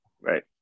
Right